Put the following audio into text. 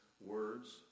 words